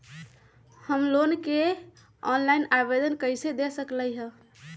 हम लोन के ऑनलाइन आवेदन कईसे दे सकलई ह?